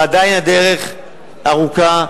ועדיין הדרך ארוכה,